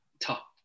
top